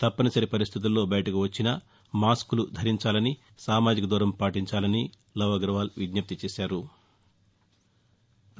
తప్పనిసరి పరిస్థితుల్లో బయటకు వచ్చినా మాస్కులు ధరించాలని సామాజిక దూరం పాటించాలని విజ్ఞప్తి చేశారు